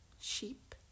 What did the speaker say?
sheep